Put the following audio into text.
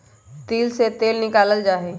तिल से तेल निकाल्ल जाहई